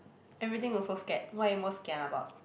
everything also scared what are you most kia about